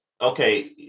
Okay